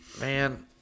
Man